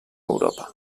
europa